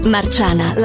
Marciana